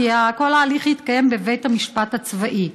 כי כל ההליך התקיים בבית המשפט הצבאי.